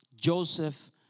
Joseph